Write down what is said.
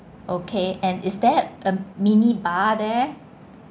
okay and is there a mini bar there